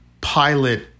pilot